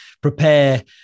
prepare